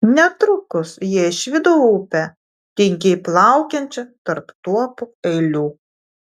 netrukus jie išvydo upę tingiai plaukiančią tarp tuopų eilių